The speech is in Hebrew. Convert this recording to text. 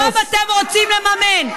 אותם אתם רוצים לממן.